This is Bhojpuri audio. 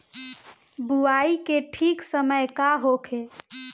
बुआई के ठीक समय का होखे?